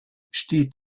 steht